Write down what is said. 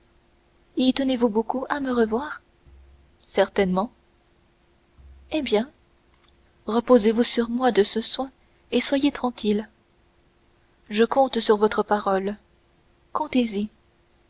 y tenez-vous beaucoup à me revoir certainement eh bien reposez-vous sur moi de ce soin et soyez tranquille je compte sur votre parole